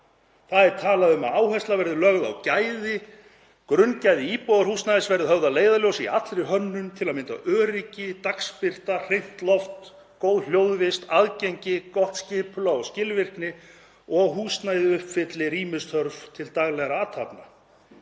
Það er talað um að áhersla verði lögð á gæði, grunngæði íbúðarhúsnæðis verði höfð að leiðarljósi í allri hönnun, til að mynda öryggi, dagsbirta, hreint loft, góð hljóðvist, aðgengi, gott skipulag og skilvirkni og að húsnæði uppfylli rýmisþörf til daglegra athafna.